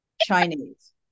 Chinese